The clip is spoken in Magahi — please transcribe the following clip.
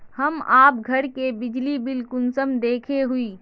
हम आप घर के बिजली बिल कुंसम देखे हुई?